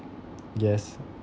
yes